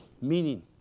meaning